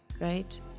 right